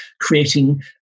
creating